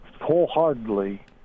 wholeheartedly